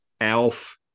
Alf